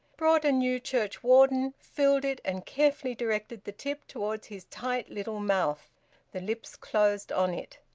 brought a new church warden, filled it, and carefully directed the tip towards his tight little mouth the lips closed on it.